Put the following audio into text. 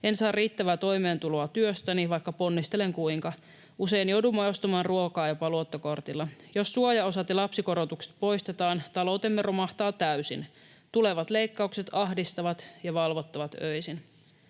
En saa riittävää toimeentuloa työstäni, vaikka ponnistelen kuinka. Usein joudumme ostamaan ruokaa jopa luottokortilla. Jos suojaosat ja lapsikorotukset poistetaan, taloutemme romahtaa täysin. Tulevat leikkaukset ahdistavat ja valvottavat öisin.”